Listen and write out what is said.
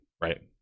right